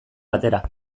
batera